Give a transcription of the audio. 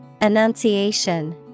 Annunciation